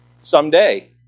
someday